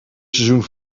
seizoen